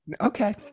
Okay